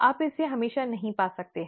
आप इसे हमेशा नहीं पा सकते हैं